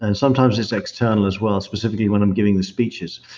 and sometimes it's external as well, specifically when i'm giving the speeches.